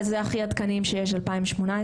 הנתונים הכי עדכניים שיש הם מ-2018.